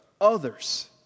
others